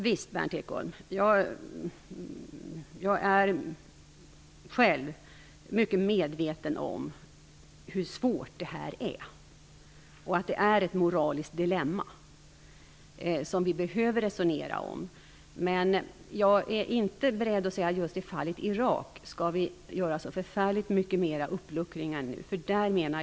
Visst är jag själv, Berndt Ekholm, mycket medveten om hur svårt det här är och att det är ett moraliskt dilemma som vi behöver resonera om. Men jag är inte beredd att säga att vi nu skall göra så förfärligt mycket mera uppluckringar just i fallet Irak.